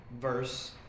verse